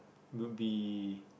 would be